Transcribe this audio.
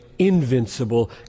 Invincible